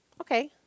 Okay